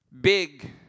Big